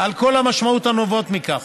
על כל המשמעויות הנובעות מכך.